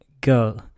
go